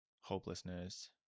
hopelessness